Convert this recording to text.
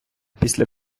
після